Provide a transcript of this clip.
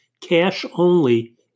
cash-only